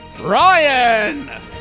Ryan